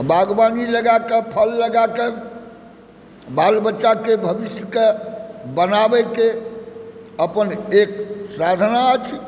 बागवानी लगाए कऽ फल लगाएकऽ बाल बच्चाकेंँ भविष्यकेँ बनाबएकेंँ अपन एक साधना अछि